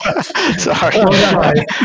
Sorry